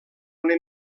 una